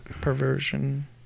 perversion